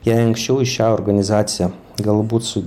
jei anksčiau į šią organizaciją galbūt su